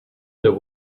there